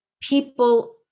people